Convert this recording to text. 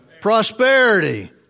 Prosperity